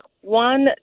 one